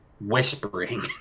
whispering